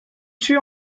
tut